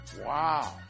Wow